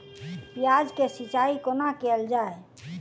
प्याज केँ सिचाई कोना कैल जाए?